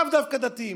לאו דווקא דתיים,